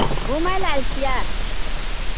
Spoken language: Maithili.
घुमय लेल आयल छियै